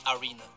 Arena